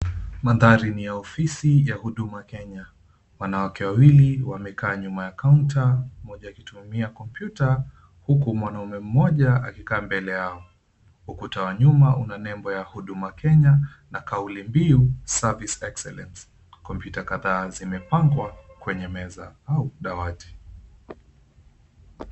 Mandari ni ya ofisi ya Huduma Kenya. Wanawake wawili wamekaa nyuma ya counter mmoja akitumia kompyuta huku mwanamume mmoja akikaa mbele yao. Ukuta wa nyuma una nembo ya Huduma Kenya na kauli mbiu, Service Excellence . Kompyuta kadhaa zimepangwa kwenye meza au dawati.